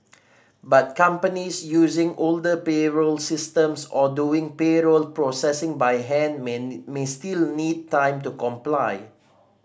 but companies using older payroll systems or doing payroll processing by hand may still need time to comply